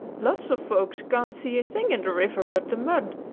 lots of folks can't see a thing in the river but the mud,